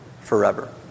forever